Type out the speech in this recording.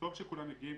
טוב שכולם מגיעים,